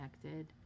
connected